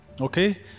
Okay